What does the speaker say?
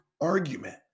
argument